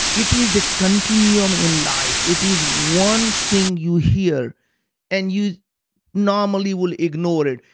it is the continuum in life, it is one thing you hear and you normally will ignore it.